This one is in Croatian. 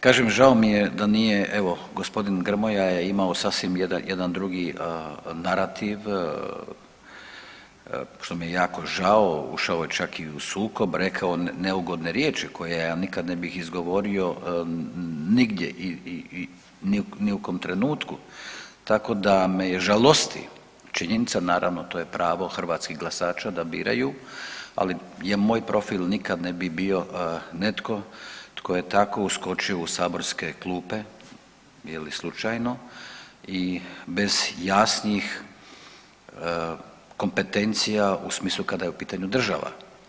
Kažem žao mi je da nije evo gospodin Grmoja je imao sasvim jedan drugi narativ, što mi je jako žao, ušao je čak i u sukob, rekao neugodne riječi koje ja nikad ne bi izgovorio nigdje i, i , i ni u kom trenutku, tako da me žalosti činjenica, naravno to je pravo hrvatskih glasača da biraju, ali je moj profil nikad ne bi bio netko tko je tako uskočio u saborske klupe, je li slučajno i bez jasnih kompetencija u smislu kada je u pitanju država.